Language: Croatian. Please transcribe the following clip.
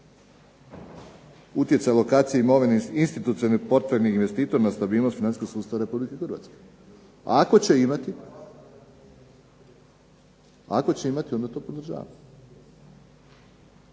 utjecaj lokacije imovine institucionalnih portfeljnih investitora na stabilnost financijskog sustava Republike Hrvatske. Ako će imati, onda to podržavamo.